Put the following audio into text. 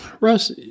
Russ